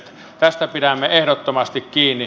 tästä pidämme ehdottomasti kiinni